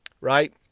Right